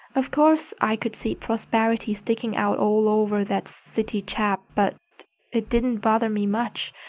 of course i could see prosperity sticking out all over that city chap, but it didn't bother me much,